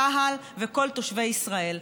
צה"ל וכל תושבי ישראל.